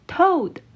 Toad